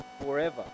forever